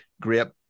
grip